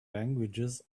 languages